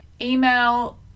email